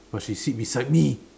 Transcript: but she sit beside me